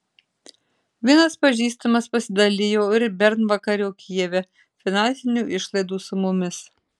vienas pažįstamas pasidalijo ir bernvakario kijeve finansinių išlaidų sumomis